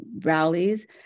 rallies